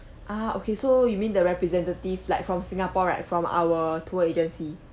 ah okay so you mean the representative like from singapore right from our tour agency